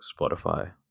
Spotify